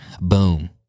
boom